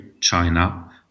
China